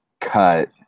cut